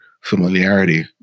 familiarity